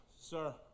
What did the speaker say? Sir